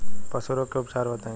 पशु रोग के उपचार बताई?